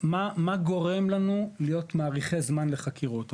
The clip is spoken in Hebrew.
מה גורם לנו להיות מאריכי זמן לחקירות?